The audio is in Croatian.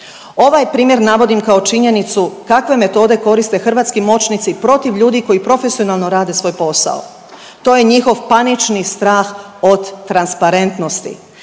Ovaj primjer navodim kao činjenicu kakve metode koriste hrvatski moćnici protiv ljudi koji profesionalno rade svoj posao. To je njihov panični strah od transparentnosti.